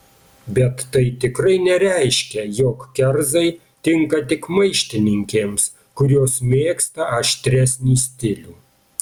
bet tai tikrai nereiškia jog kerzai tinka tik maištininkėms kurios mėgsta aštresnį stilių